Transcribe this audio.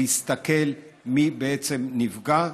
להסתכל מי בעצם נפגע,